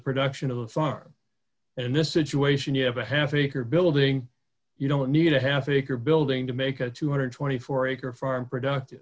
production of a farm and this situation you have a half acre building you don't need a half acre building to make a two hundred and twenty four acre farm productive